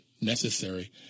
necessary